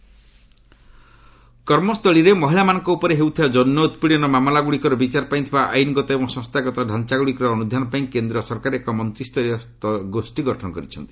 ଗୋମ୍ harassment କର୍ମସ୍ଥଳୀରେ ମହିଳାମାନଙ୍କ ଉପରେ ହେଉଥିବା ଯୌନ ଉତ୍ପୀଡନ ମାମଲାଗୁଡ଼ିକର ବିଚାର ପାଇଁ ଥିବା ଆଇନଗତ ଏବଂ ସଂସ୍ଥାଗତ ଢାଞ୍ଚାଗୁଡିକର ଅନୁଧ୍ୟାନ ପାଇଁ କେନ୍ଦ୍ର ସରକାର ଏକ ମନ୍ତ୍ରୀସ୍ତରୀୟ ଗୋଷ୍ଠୀ ଗଠନ କରିଛନ୍ତି